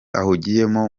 ahugiyemo